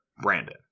Brandon